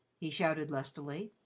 he shouted, lustily.